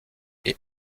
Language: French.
est